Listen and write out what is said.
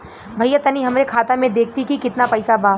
भईया तनि हमरे खाता में देखती की कितना पइसा बा?